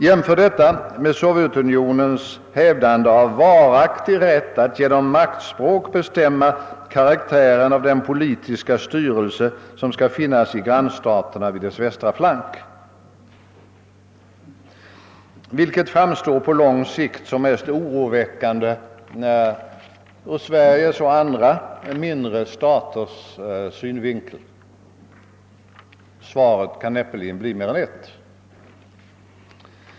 Jämför detta med Sovjetunionens hävdande av varaktig rätt att genom maktspråk bestämma karaktären av den politiska styrelse som skall finnas i grannstaterna vid dess västra flank! Vilket framstår på lång sikt som mest oroväckande ur Sveriges och andra mindre staters synvinkel? Svaret kan knappast bli mer än ett.